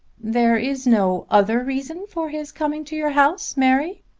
there is no other reason for his coming to your house, mary?